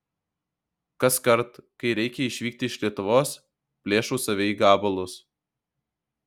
kaskart kai reikia išvykti iš lietuvos plėšau save į gabalus